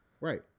Right